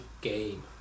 game